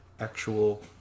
actual